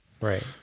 Right